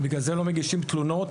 לכן לא מגישים תלונות,